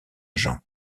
jean